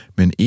Men